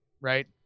Right